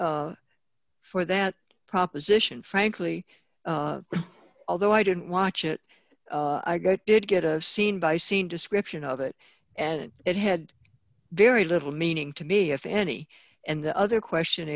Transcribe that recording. authority for that proposition frankly although i didn't watch it i got did get a scene by scene description of it and it had very little meaning to me if any and the other question